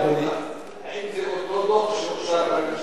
האם זה אותו דוח שאושר בממשלה?